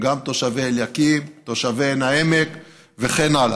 גם תושבי אליקים, תושבי עין העמק וכן הלאה.